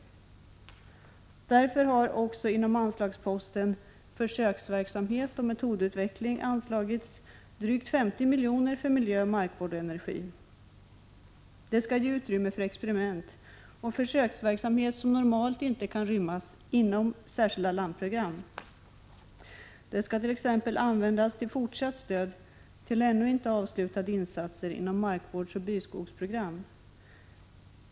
Därför har också inom anslagsposten Försöksverksamhet och metodutveckling anslagits drygt 50 miljoner för miljö, markvård och energi. Härigenom skall ges utrymme för experiment och försöksverksamhet som normalt inte kan rymmas inom särskilda landprogram. Medlen skall användas till fortsatt stöd till ännu inte avslutade insatser inom markvårdsoch byskogsprogram.